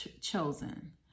chosen